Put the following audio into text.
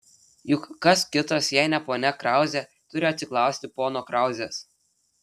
juk kas kitas jei ne ponia krauzė turi atsiklausti pono krauzės